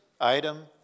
item